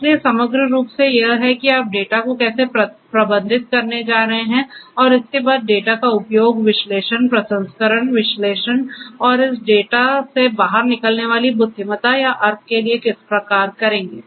इसलिए समग्र रूप से यह है कि आप डेटा को कैसे प्रबंधित करने जा रहे हैं और इसके बाद डेटा का उपयोग विश्लेषण प्रसंस्करण विश्लेषण और इस डेटा से बाहर निकलने वाली बुद्धिमत्ता या अर्थ के लिए किस प्रकार करेंगे